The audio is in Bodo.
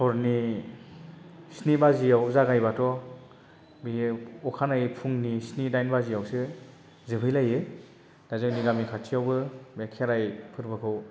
हरनि स्नि बाजियाव जागायबाथ' बियो अखानायै फुंनि स्नि दाइन बाजियावसो जोबहैलाइयो दा जोंनि गामि खाथियावबो बे खेराय फोरबोखौ